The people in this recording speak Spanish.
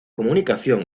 comunicación